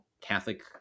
Catholic